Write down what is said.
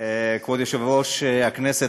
כבוד יושב-ראש הכנסת,